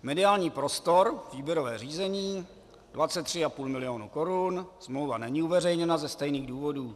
Mediální prostor, výběrové řízení, 23,5 mil. korun, smlouva není uveřejněna ze stejných důvodů.